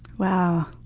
wow.